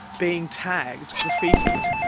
being tagged, graffitied,